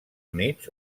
units